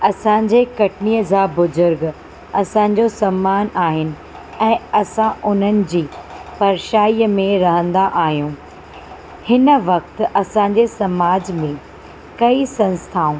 असांजे कटनीअ ज़ा बुज़ुर्ग असांजो समान आहिनि ऐं असां उन्हनि जे परछाईअ में रहंदा आहियूं हिन वक़्तु असांजे समाज में कई संस्थाऊं